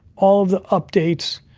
all of the updates,